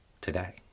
today